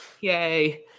Yay